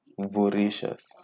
voracious